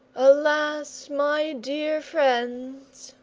alas, my dear friends,